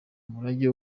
umurage